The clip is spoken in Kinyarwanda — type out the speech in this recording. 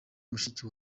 mushiki